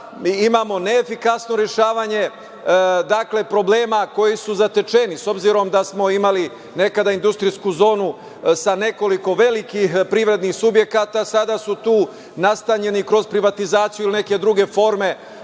imamo neefikasno rešavanje problema koji su zatečeni. S obzirom da smo imali nekada industrijsku zonu sa nekoliko velikih privrednih subjekata, sada su tu nastanjeni kroz privatizaciju ili neke druge forme